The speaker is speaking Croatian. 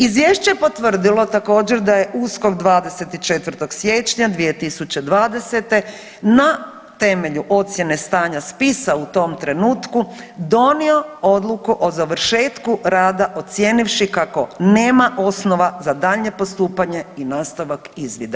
Izvješće je potvrdilo također da je USKOK 24. siječnja 2020. na temelju ocjene stanja spisa u tom trenutku donio odluku o završetku rada ocijenivši kako nema osnova za daljnje postupanje i nastavak izvida.